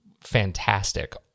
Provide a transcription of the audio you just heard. fantastic